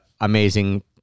amazing